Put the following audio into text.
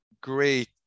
great